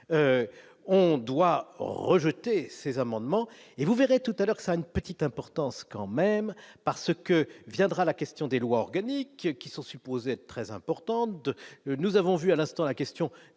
on doit rejeter ces amendements et vous verrez tout à l'heure ça une petite importance quand même parce que viendra la question des lois organiques qui sont supposés très importante de, nous avons vu à l'instant, la question